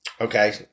Okay